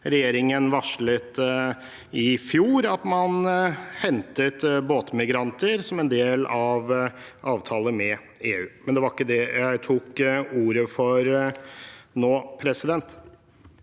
Regjeringen varslet i fjor at man hentet båtmigranter som en del av en avtale med EU. Det var ikke det jeg tok ordet for nå. Jeg